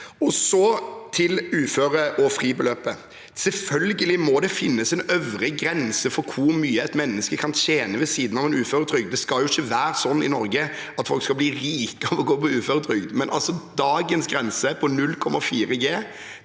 til uføre og fribeløpet: Selvfølgelig må det finnes en øvre grense for hvor mye et menneske kan tjene ved siden av en uføretrygd. Det skal jo ikke være sånn i Nor ge at folk skal bli rike av å gå på uføretrygd, men dagens grense på 0,4 G